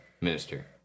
Minister